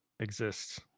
Exists